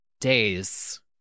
days